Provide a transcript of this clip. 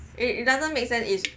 eh it doesn't make sense is